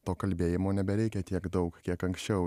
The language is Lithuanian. to kalbėjimo nebereikia tiek daug kiek anksčiau